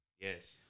Yes